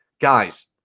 guys